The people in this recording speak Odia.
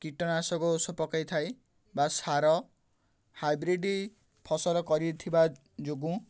କୀଟନାଶକ ଔଷଧ ପକେଇଥାଏ ବା ସାର ହାଇବ୍ରିଡ଼୍ ଫସଲ କରିଥିବା ଯୋଗୁଁ